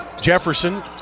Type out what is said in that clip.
Jefferson